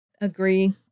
Agree